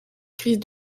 crise